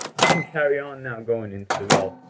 you can carry on now going into the weld.